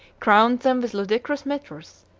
crowned them with ludicrous mitres,